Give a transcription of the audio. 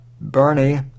Bernie